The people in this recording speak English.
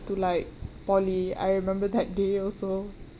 to like poly I remember that day also